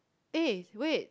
eh wait